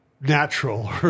natural